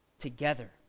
Together